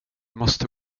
måste